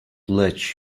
let